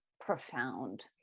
profound